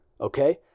okay